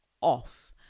off